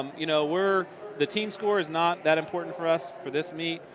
um you know we're the team score is not that important for us for this meat.